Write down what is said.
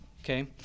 okay